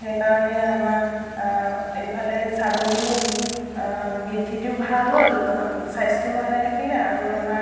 সেইকাৰণে আমাৰ এইফালে ছাগলীও বৃদ্ধিটো ভাল হ'ল স্বাস্থ্যও ভালে থাকিলে আৰু আমাৰ